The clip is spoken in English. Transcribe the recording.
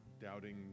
doubting